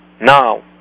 Now